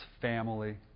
family